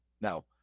now